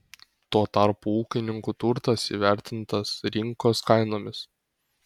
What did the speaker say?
tuo tarpu ūkininkų turtas įvertintas rinkos kainomis